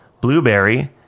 blueberry